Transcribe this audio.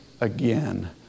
again